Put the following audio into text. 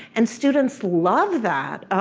and students love that.